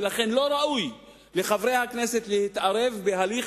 ולכן לא ראוי לחברי הכנסת להתערב בהליך